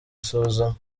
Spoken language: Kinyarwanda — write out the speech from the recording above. isuzuma